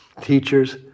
teachers